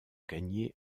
gagner